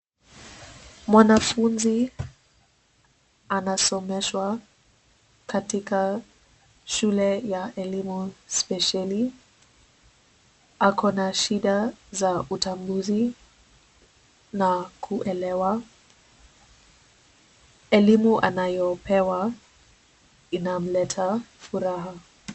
Mwanafunzi anasomeshwa katika shule ya elimu spesheli. Ako na shida za utambuzi na kuelewa. Elimu anayopewa inamleta furaha.